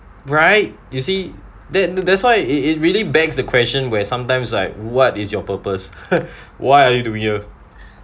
right do you see that and that's why it it really bags the question where sometimes like what is your purpose what are you doing here